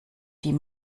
die